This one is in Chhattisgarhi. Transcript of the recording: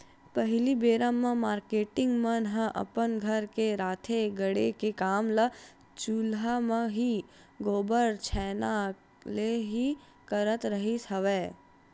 पहिली बेरा म मारकेटिंग मन ह अपन घर के राँधे गढ़े के काम ल चूल्हा म ही, गोबर छैना ले ही करत रिहिस हवय